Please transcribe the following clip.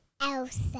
Elsa